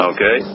Okay